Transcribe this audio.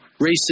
racist